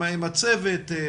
עם הצוות,